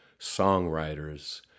songwriters